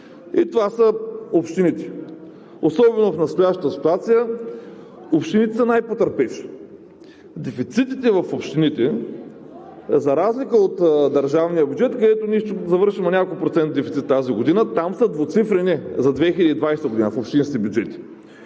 и това са общините. Особено в настоящата ситуация, общините са най-потърпевши. Дефицитите в общините, за разлика от държавния бюджет, където ние ще го завършим на няколко процента дефицит тази година, там са двуцифрени – за 2020 г. в общинските бюджети,